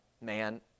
man